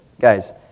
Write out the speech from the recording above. guys